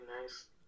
nice